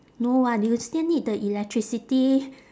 no [what] you will still need the electricity